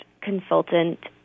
consultant